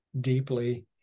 deeply